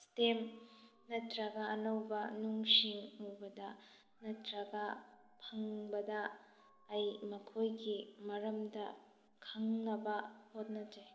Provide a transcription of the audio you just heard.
stem ꯅꯠꯇ꯭ꯔꯒ ꯑꯅꯧꯕ ꯅꯨꯡꯁꯤꯡ ꯎꯕꯗ ꯅꯠꯇ꯭ꯔꯒ ꯐꯪꯕꯗ ꯑꯩ ꯃꯈꯣꯏꯒꯤ ꯃꯔꯝꯗ ꯈꯪꯅꯕ ꯍꯣꯠꯅꯖꯩ